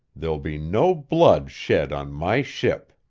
there'll be no blood shed on my ship.